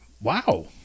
wow